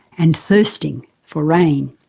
and thirsting for rain.